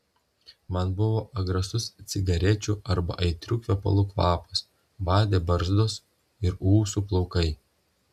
man buvo atgrasus cigarečių arba aitrių kvepalų kvapas badė barzdos ir ūsų plaukai